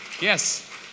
Yes